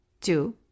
Two